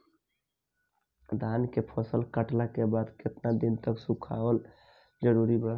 धान के फसल कटला के बाद केतना दिन तक सुखावल जरूरी बा?